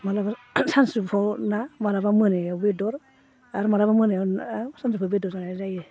माब्लाबा सानजौफुआव ना माब्लाबा मोनायाव बेदर आरो माब्लाबा मोनायाव ना सानजौफुआव बेदर जानाय जायो